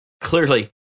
Clearly